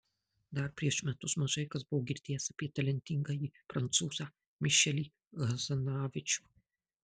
dar prieš metus mažai kas buvo girdėjęs apie talentingąjį prancūzą mišelį hazanavičių